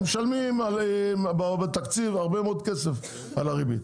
אתם משלמים בתקציב הרבה מאוד כסף על הריבית,